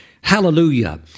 Hallelujah